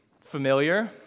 Familiar